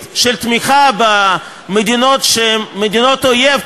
של תמיכה במדינות שהן מדינות אויב,